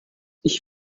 ich